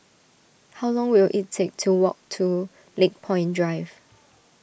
how long will it take to walk to Lakepoint Drive